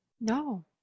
No